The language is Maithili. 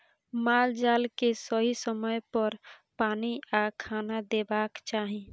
माल जाल केँ सही समय पर पानि आ खाना देबाक चाही